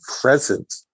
present